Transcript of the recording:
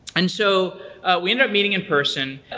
and so we ended up meeting in person.